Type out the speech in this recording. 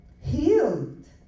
healed